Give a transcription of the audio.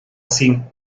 sin